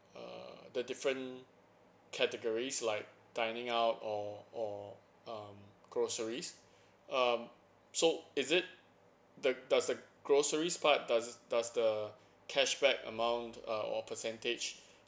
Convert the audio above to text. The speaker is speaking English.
err the different categories like dining out or or um groceries um so is it the does the groceries part does does the cashback amount uh or percentage